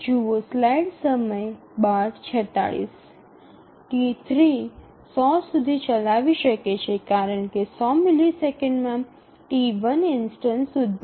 T3 ૧00 સુધી ચલાવી શકે છે કારણ કે ૧00 મિલિસેકન્ડમાં T1 ઇન્સ્ટનસ ઉદ્ભવશે